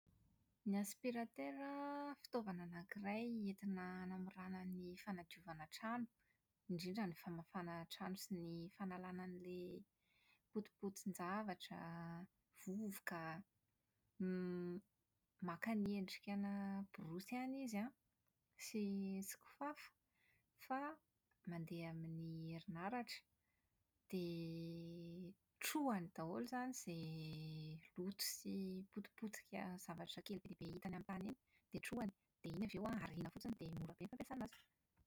Ny aspiratera an, fitaovana anankiray entina hanamorana ny fanadiovana trano, indrindra ny famafana trano sy ny fanalana an'ilay potipotin-javatra, vovoka. Maka ny endrikanà borosy ihany izy an, sy ny kifafa, fa mandeha amin'ny herinaratra. Dia trohany daholo izany izay loto sy potipotika zavatra kely hitan yamin'ny tany eny, dia trohany. Dia iny avy eo arina fotsiny dia mora be ny fampiasàna azy.